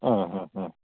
ഓഹ് ഓഹ് ഓഹ്